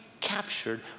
captured